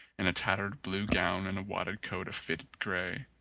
in a tattered blue gown and a wadded coat of faded grey,